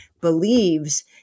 believes